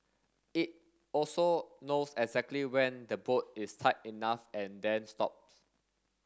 it also knows exactly when the bolt is tight enough and then stops